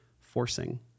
forcing